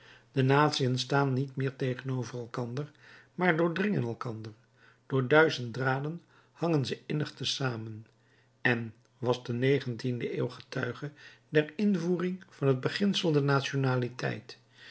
de natiën staan niet meer tegenover elkander maar doordringen elkander door duizend draden hangen ze innig te samen en was de negentiende eeuw getuige der invoering van het beginsel der nationaliteit